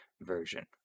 version